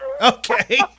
Okay